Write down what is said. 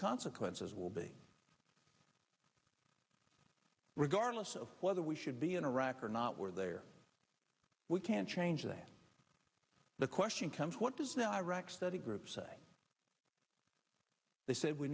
consequences will be regardless of whether we should be in iraq or not we're there we can change that the question comes what does the iraq study group say they say we